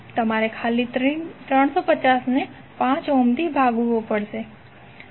તમારે ખાલી 350 ને 5 ઓહ્મથી ભાગવુ પડશે